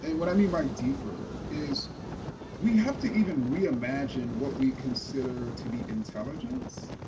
and what i mean by deeper is we have to even reimagine what we consider to be intelligence.